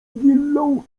willą